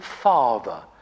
father